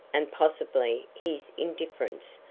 and possibly his indifference,